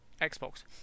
Xbox